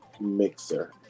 mixer